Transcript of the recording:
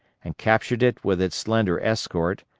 and captured it with its slender escort,